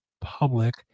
public